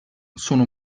sono